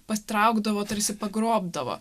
patraukdavo tarsi pagrobdavo